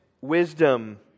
wisdom